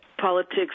Politics